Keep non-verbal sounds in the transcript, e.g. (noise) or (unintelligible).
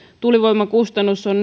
tuulivoiman kustannus on (unintelligible)